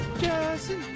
Jesse